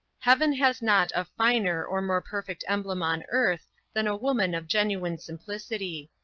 heaven has not a finer or more perfect emblem on earth than a woman of genuine simplicity.